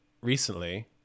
recently